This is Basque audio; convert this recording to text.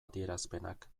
adierazpenak